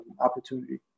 opportunity